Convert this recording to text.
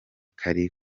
kari